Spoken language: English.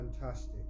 fantastic